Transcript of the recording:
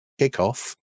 kickoff